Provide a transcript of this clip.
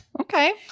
Okay